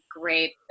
great